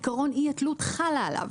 עיקרון אי התלות חלה עליו.